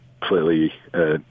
completely